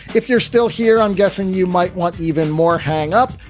if you're still here, i'm guessing you might want even more. hang up.